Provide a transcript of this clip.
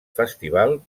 festival